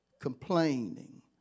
complaining